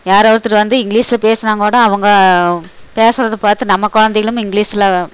வேறு ஒருத்தர் வந்து இங்கிலீஷ்சில் பேசினாங்கூட அவங்க பேசுகிறத பார்த்து நம்ம குழந்தைகளும் இங்கிலீஷ்சில்